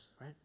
right